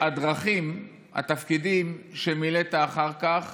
שהדרכים, התפקידים שמילאת אחר כך